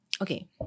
Okay